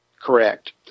Correct